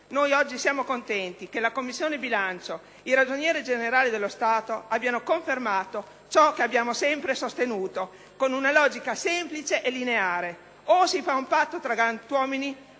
Noi oggi siamo contenti del fatto che la Commissione bilancio ed il Ragioniere generale dello Stato abbiano confermato ciò che abbiamo sempre sostenuto con una logica semplice e lineare: o si fa un patto tra galantuomini